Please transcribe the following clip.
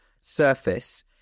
surface